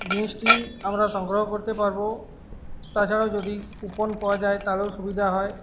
জিনিসটি আমরা সংগ্রহ করতে পারবো তাছাড়াও যদি কুপন পাওয়া যায় তাহলেও সুবিধা হয়